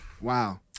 Wow